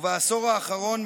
ובעשור האחרון,